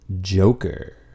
Joker